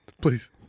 Please